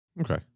okay